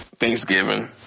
Thanksgiving